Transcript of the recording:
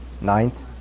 Ninth